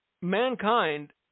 mankind